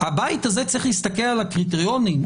הבית הזה צריך להסתכל על הקריטריונים,